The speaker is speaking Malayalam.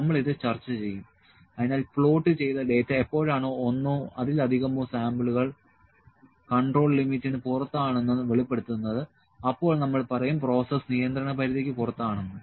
നമ്മൾ ഇത് ചർച്ച ചെയ്യും അതിനാൽ പ്ലോട്ട് ചെയ്ത ഡാറ്റ എപ്പോഴാണോ ഒന്നോ അതിലധികമോ സാമ്പിളുകൾ കൺട്രോൾ ലിമിറ്റിനു പുറത്താണെന്ന് വെളിപ്പെടുത്തുന്നത് അപ്പോൾ നമ്മൾ പറയും പ്രോസസ് നിയന്ത്രണ പരിധിക്ക് പുറത്താണെന്ന്